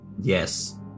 Yes